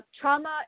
Trauma